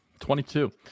22